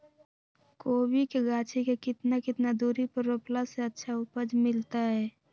कोबी के गाछी के कितना कितना दूरी पर रोपला से अच्छा उपज मिलतैय?